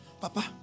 Papa